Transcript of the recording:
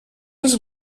els